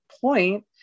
point